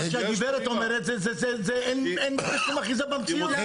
לדברים שהגברת אומרת אין שום אחיזה במציאות.